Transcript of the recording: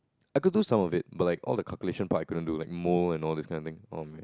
I could do some of it but like all the calculation part I couldn't do like mole and all these kind of thing